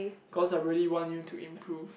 cause I really want you to improve